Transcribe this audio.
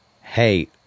hey